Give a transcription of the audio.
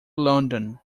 london